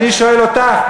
אני שואל אותך,